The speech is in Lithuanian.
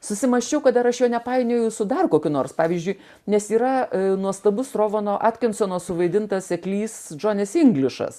susimąsčiau kad ar aš jo nepainioju su dar kokiu nors pavyzdžiui nes yra nuostabus rovano atkinsono suvaidintas seklys džonis inglišas